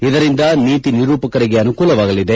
ಇದರಿಂದ ನೀತಿ ನಿರೂಪಕರಿಗೆ ಅನುಕೂಲವಾಗಲಿದೆ